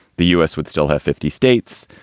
the u s. would still have fifty states.